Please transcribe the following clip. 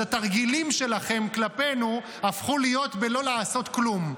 אז התרגילים שלכם כלפינו הפכו להיות לא לעשות כלום.